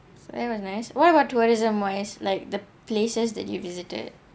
that was nice what about tourism-wise like the places that you've visited